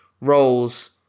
roles